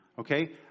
Okay